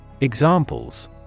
Examples